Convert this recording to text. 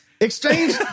exchange